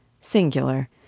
Singular